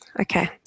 Okay